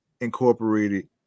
incorporated